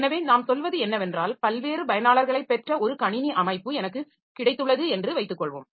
எனவே நாம் சொல்வது என்னவென்றால் பல்வேறு பயனாளர்களைப் பெற்ற ஒரு கணினி அமைப்பு எனக்கு கிடைத்துள்ளது என்று வைத்துக்கொள்வோம்